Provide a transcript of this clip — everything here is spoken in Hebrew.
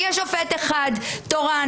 יהיה שופט אחד תורן